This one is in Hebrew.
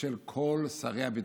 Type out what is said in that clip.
של כל שרי הביטחון,